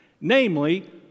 namely